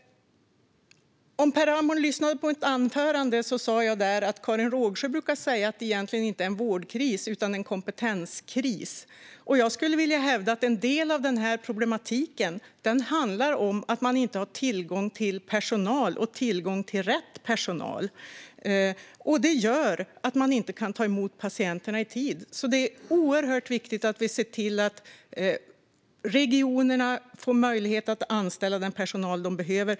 Per Ramhorn kunde höra mig säga i mitt anförande att Karin Rågsjö brukar säga att det egentligen inte är en vårdkris utan en kompetenskris. Jag skulle vilja hävda att en del av denna problematik handlar om att man inte har tillgång till personal - och till rätt personal. Detta gör att man inte kan ta emot patienterna i tid. Det är alltså oerhört viktigt att vi ser till att regionerna får möjlighet att anställa den personal de behöver.